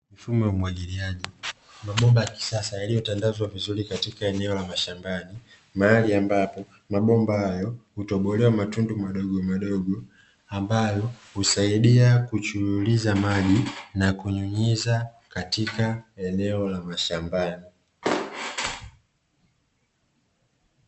Mifumo ya umwagiliaji, mabomba ya kisasa yaliyotandazwa vizuri mashambani mahali ambapo mabomba hayo hutobolewa matundu madogomadogo, ambayo husaidia kuchururiza maji na kunyunyiza katika eneo la mashambani.